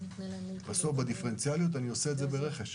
בסוף אני עושה את זה ברכש,